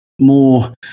more